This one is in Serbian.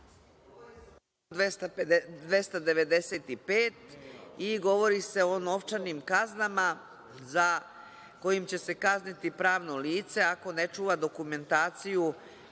295. i govori se o novčanim kaznama kojim će se kazniti pravno lice ako ne čuva dokumentaciju